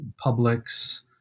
publics